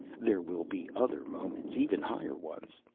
there will be other moments, even higher ones.